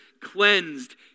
cleansed